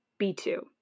B2